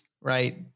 right